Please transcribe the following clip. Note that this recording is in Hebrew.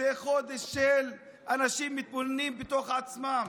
זה חודש שבו אנשים מתבוננים בתוך עצמם,